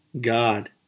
God